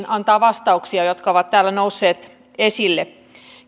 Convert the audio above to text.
antaa vastauksia muutamiin kohtiin jotka ovat täällä nousseet esille